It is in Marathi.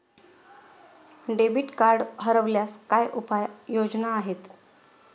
डेबिट कार्ड हरवल्यास काय उपाय योजना आहेत?